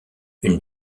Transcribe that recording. une